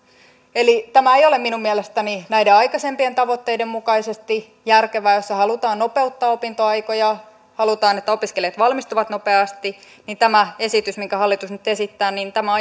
eli tämä ei ole minun mielestäni näiden aikaisempien tavoitteiden mukaisesti järkevää jos halutaan nopeuttaa opintoaikoja jos halutaan että opiskelijat valmistuvat nopeasti niin tämä esitys minkä hallitus nyt esittää